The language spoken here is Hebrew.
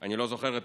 אני לא זוכרת הכול.